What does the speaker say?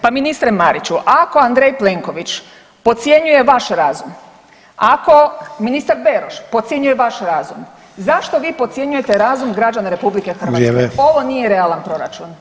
Pa ministre Mariću, ako Andrej Plenković podcjenjuje vaš razum, ako ministar Beroš podcjenjuje vaš razum, zašto vi podcjenjujete razum građana RH? [[Upadica Sanader: Vrijeme.]] Ovo nije realan proračun.